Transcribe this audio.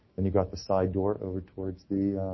and you got the side door over towards the